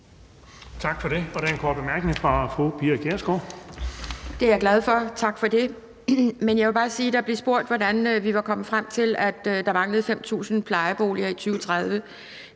Tak for det. Der er en kort bemærkning fra fru Pia Kjærsgaard. Kl. 16:12 Pia Kjærsgaard (DF): Tak for det. Det er jeg glad for. Jeg vil bare sige, at der blev spurgt om, hvordan vi var kommet frem til, at der mangler 5.000 plejeboliger i 2030.